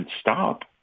stop